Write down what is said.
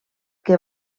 que